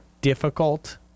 difficult